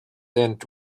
and